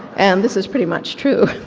and this is pretty much true.